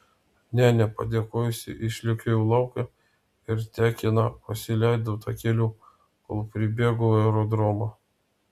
nė nepadėkojusi išlėkiau į lauką ir tekina pasileidau takeliu kol pribėgau aerodromą